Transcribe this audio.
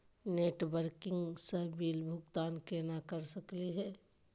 Net banking स bill भुगतान केना कर सकली हे?